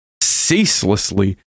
ceaselessly